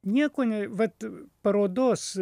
nieko nei vat parodos